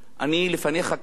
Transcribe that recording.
אני לפניך כאן,